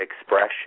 expression